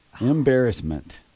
Embarrassment